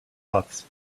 puffs